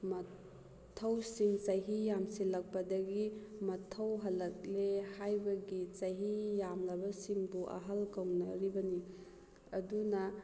ꯃꯊꯧꯁꯤꯡ ꯆꯍꯤ ꯌꯥꯝꯁꯤꯜꯂꯛꯄꯗꯒꯤ ꯃꯊꯧ ꯍꯜꯂꯛꯂꯦ ꯍꯥꯏꯕꯒꯤ ꯆꯍꯤ ꯌꯥꯝꯂꯕꯁꯤꯡꯕꯨ ꯑꯍꯜ ꯀꯧꯅꯔꯤꯕꯅꯤ ꯑꯗꯨꯅ